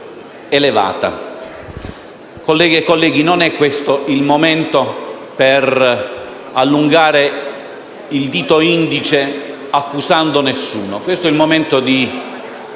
non è questo il momento per allungare il dito indice accusando nessuno. Questo è il momento di